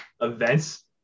events